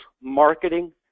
marketing